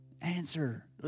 Answer